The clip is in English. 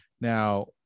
Now